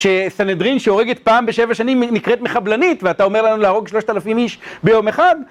שסנדרין שהורגת פעם בשבע שנים נקראת חבלנית, ואתה אומר לנו להרוג שלושת אלפים איש ביום אחד?